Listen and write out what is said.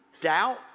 doubt